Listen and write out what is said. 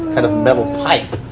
kind of metal pipe,